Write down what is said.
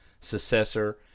successor